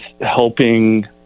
helping